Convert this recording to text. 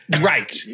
Right